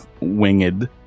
winged